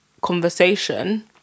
conversation